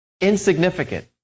Insignificant